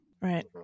Right